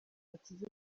bakize